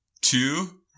two